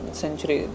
century